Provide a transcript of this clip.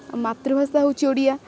ମାତୃଭାଷା ହେଉଛି ଓଡ଼ିଆ